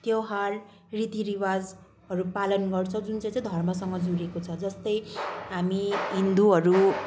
त्यौहार रीति रिवाजहरू पालन गर्छौँ जुन चाहिँ धर्मसँग जोडिएको हुन्छ जस्तै हामी हिन्दूहरू